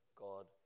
God